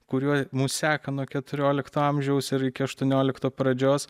kuriuo mus seka nuo keturiolikto amžiaus ir iki aštuoniolikto pradžios